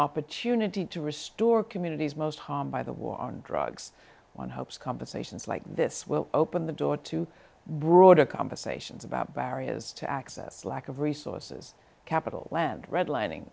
opportunity to restore communities most harmed by the war on drugs one hopes conversations like this will open the door to broader conversations about barriers to access lack of resources capital land redlining